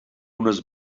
unes